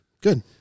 Good